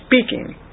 speaking